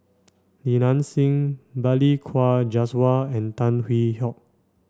Li Nanxing Balli Kaur Jaswal and Tan Hwee Hock